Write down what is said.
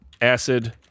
acid